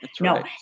No